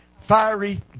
fiery